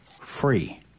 free